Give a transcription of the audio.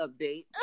update